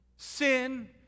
sin